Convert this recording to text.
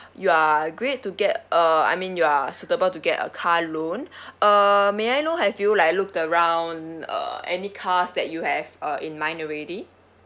you are great to get uh I mean you are suitable to get a car loan uh may I know have you like looked around uh any cars that you have uh in mind already